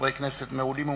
חברי כנסת מעולים ומצוינים.